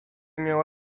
miały